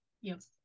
Yes